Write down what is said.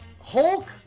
Hulk